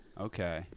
okay